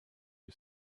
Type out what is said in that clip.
you